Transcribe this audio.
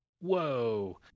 whoa